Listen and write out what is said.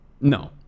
No